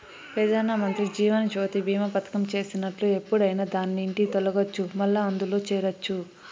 పెదానమంత్రి జీవనజ్యోతి బీమా పదకం చేసినట్లు ఎప్పుడైనా దాన్నిండి తొలగచ్చు, మల్లా అందుల చేరచ్చు